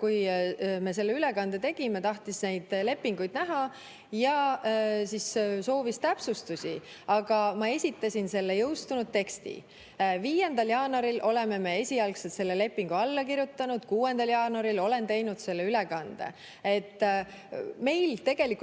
kui me selle ülekande tegime, tahtis neid lepinguid näha ja soovis täpsustusi. Aga ma esitasin selle jõustunud teksti. 5. jaanuaril oleme me esialgselt selle lepingu alla kirjutanud, 6. jaanuaril olen teinud ülekande. Meil